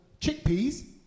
chickpeas